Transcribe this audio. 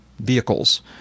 vehicles